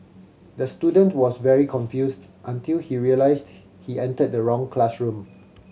the student was very confused until he realised he entered the wrong classroom